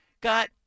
got